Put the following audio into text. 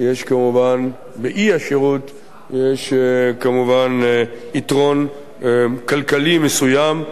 באי-שירות יש כמובן יתרון כלכלי מסוים,